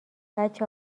بچه